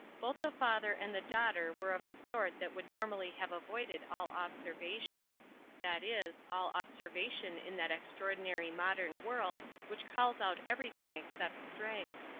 both the father and the daughter were of the sort that would normally have avoided all observation that is, all observation in that extraordinary modern world which calls out everything except strength.